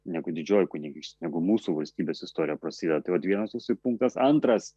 negu didžioji kunigaikštystė negu mūsų valstybės istorija prasideda vienas toksai punktas antras